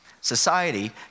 Society